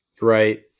Right